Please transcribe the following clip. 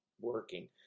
working